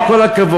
עם כל הכבוד,